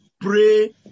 pray